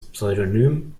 pseudonym